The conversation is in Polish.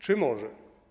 Czy może?